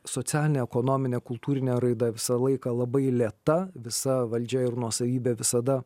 socialinė ekonominė kultūrinė raida visą laiką labai lėta visa valdžia ir nuosavybė visada